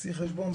תעשי חשבון,